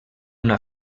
una